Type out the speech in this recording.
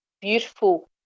beautiful